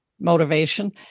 motivation